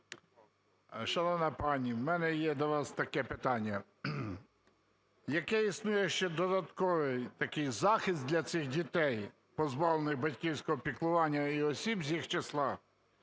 Шановна пані, в мене є до вас таке питання. Який існує ще додатковий такий захист для цих дітей, позбавлених батьківського піклування, і осіб з їх числа,